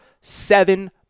seven